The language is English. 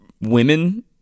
women